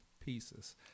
pieces